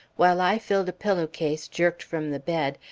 while i filled a pillow-case jerked from the bed,